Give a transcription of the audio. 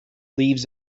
leaves